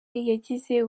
yagize